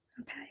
okay